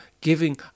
giving